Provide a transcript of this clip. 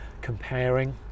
comparing